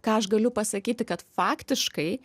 ką aš galiu pasakyti kad faktiškai